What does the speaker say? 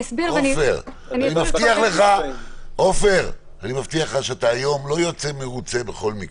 עופר, אני מבטיח לך שהיום לא תצא מרוצה בכל מקרה.